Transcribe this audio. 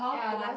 ya does